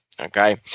okay